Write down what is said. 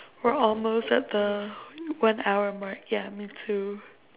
we're almost at the one hour mark I mean two